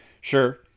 Sure